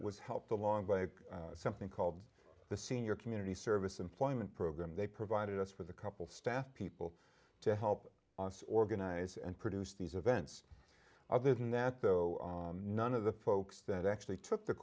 was helped along by something called the senior community service employment program they provided us with a couple staff people to help us organize and produce these events other than that though none of the folks that actually took the